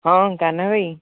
ହଁ କାହ୍ନା ଭାଇ